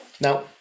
Now